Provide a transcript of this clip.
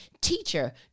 Teacher